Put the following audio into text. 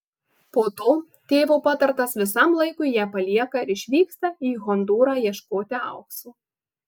po to tėvo patartas visam laikui ją palieka ir išvyksta į hondūrą ieškoti aukso